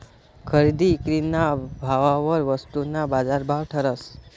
खरेदी ईक्रीना भाववर वस्तूना बाजारभाव ठरस